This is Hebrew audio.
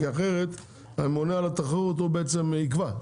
כי אחרת הממונה על התחרות הוא בעצם יקבע.